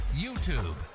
YouTube